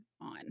on